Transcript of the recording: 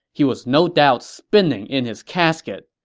he was no doubt spinning in his casket.